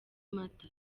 mata